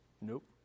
Nope